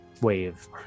wave